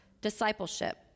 discipleship